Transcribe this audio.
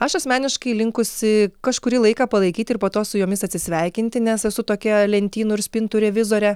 aš asmeniškai linkusi kažkurį laiką palaikyti ir po to su jomis atsisveikinti nes esu tokia lentynų ir spintų revizorė